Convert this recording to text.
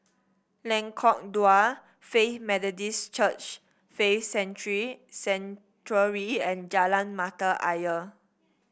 Lengkok Dua Faith Methodist Church Faith Sanctuary and Jalan Mata Ayer